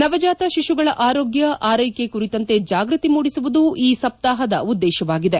ನವಜಾತ ಶಿಶುಗಳ ಆರೋಗ್ನ ಆರ್ನೆಕೆ ಕುರಿತಂತೆ ಜಾಗ್ನತಿ ಮೂಡಿಸುವುದು ಈ ಸಪ್ನಾಪದ ಉದ್ಗೇಶವಾಗಿದೆ